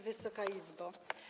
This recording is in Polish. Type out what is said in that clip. Wysoka Izbo!